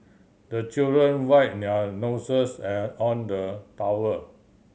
the children wipe their noses on the towel